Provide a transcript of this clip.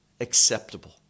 acceptable